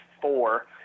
four